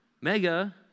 mega